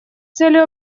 целью